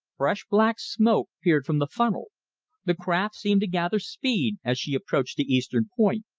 fresh black smoke poured from the funnel the craft seemed to gather speed as she approached the eastern point.